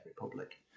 Republic